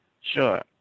Sure